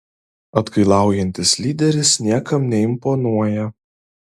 atgailaujantis lyderis niekam neimponuoja